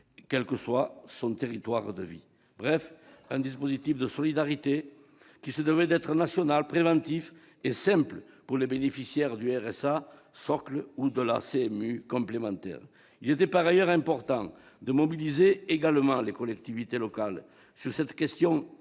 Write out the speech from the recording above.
quel que soit son territoire de vie. Bref, il s'agit d'un dispositif de solidarité, qui devait être national, préventif et simple pour les bénéficiaires du RSA socle ou de la CMU complémentaire. Il était par ailleurs important de mobiliser les collectivités locales sur cette question